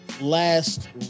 last